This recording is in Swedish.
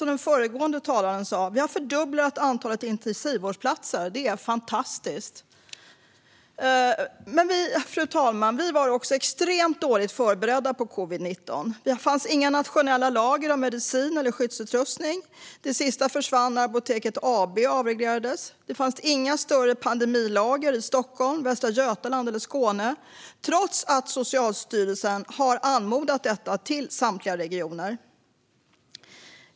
Som föregående talare sa har vi fördubblat antalet intensivvårdsplatser. Det är fantastiskt. Men, fru talman, vi var också extremt dåligt förberedda på covid-19. Det fanns inga nationella lager av medicin eller skyddsutrustning. Det sista försvann när Apoteket AB avreglerades. Det fanns inga större pandemilager i Stockholm, Västra Götaland eller Skåne trots att Socialstyrelsen har anmodat detta till samtliga regioner.